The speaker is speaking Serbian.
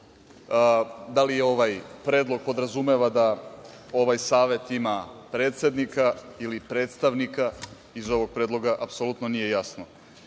Da li ovaj predlog podrazumeva da ovaj savet ima predsednika ili predstavnika, iz ovog predloga apsolutno nije jasno.